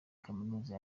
kaminuza